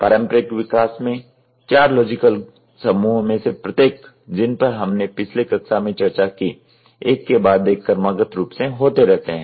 पारंपरिक विकास में चार लॉजिकल समूहों में से प्रत्येक जिन पर हमने पिछली कक्षा में चर्चा की एक के बाद एक क्रमागत रूप से होते रहते हैं